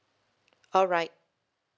alright